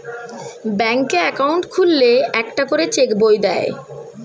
ব্যাঙ্কে অ্যাকাউন্ট খুললে একটা করে চেক বই দেয়